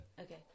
Okay